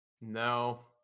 No